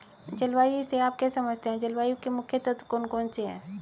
जलवायु से आप क्या समझते हैं जलवायु के मुख्य तत्व कौन कौन से हैं?